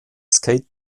skate